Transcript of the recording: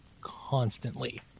constantly